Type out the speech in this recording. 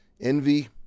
envy